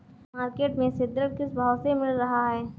Market में सीद्रिल किस भाव में मिल रहा है?